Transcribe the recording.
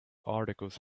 articles